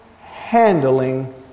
handling